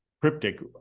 cryptic